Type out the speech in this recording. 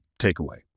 takeaway